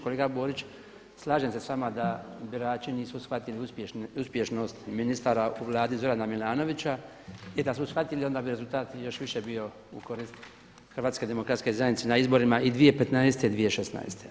Kolega Borić, slažem se sa vama da birači nisu shvatili uspješnost ministara u Vladi Zorana Milanovića, jer da su shvatili onda bi rezultat još više bio u korist Hrvatske demokratske zajednice na izborima i 2015. i 2016.